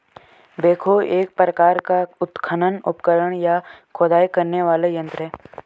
backhoe एक प्रकार का उत्खनन उपकरण, या खुदाई करने वाला यंत्र है